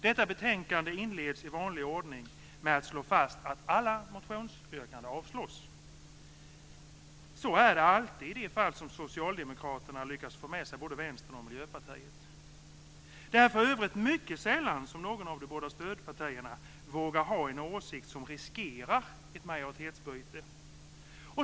Detta betänkande inleds i vanlig ordning med att slå fast att alla motionsyrkanden avstyrks. Så är det alltid i de fall som Socialdemokraterna lyckas få med sig både Vänstern och Miljöpartiet. Det är för övrigt mycket sällan som något av de båda stödpartierna vågar ha en åsikt som riskerar ett majoritetsbyte.